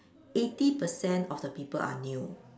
eighty percent of the people are new